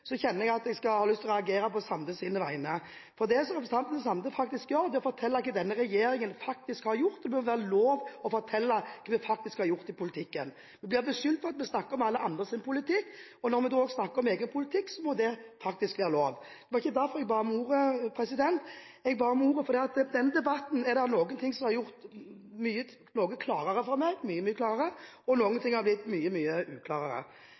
så der kom jeg meg ut fra. Men likevel, når representanten Skumsvoll kaller det Sande sier for selvskryt, kjenner jeg at jeg har lyst til å reagere på Sandes vegne. Det representanten Sande faktisk gjør, forteller hva denne regjeringen faktisk har gjort. Det bør være lov å fortelle hva vi faktisk har gjort i politikken. Vi blir beskyldt for å snakke om alle andres politikk, og når vi da snakker om egen politikk, må det faktisk være lov. Men det var ikke derfor jeg ba om ordet. Jeg ba om ordet fordi denne debatten har gjort noen ting mye, mye klarere for meg, og noen ting har blitt mye